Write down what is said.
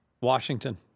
Washington